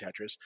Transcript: Tetris